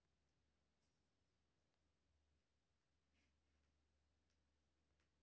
फसलक लेल नदी के पानी नीक हे छै या बोरिंग के बताऊ?